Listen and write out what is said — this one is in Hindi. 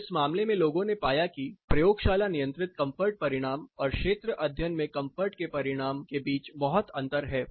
तो इस मामले में लोगों ने पाया कि प्रयोगशाला नियंत्रित कंफर्ट परिणाम और क्षेत्र अध्ययन में कंफर्ट के परिणाम के बीच बहुत अंतर है